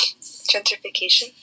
Gentrification